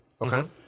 Okay